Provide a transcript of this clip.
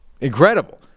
Incredible